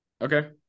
okay